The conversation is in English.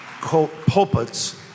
pulpits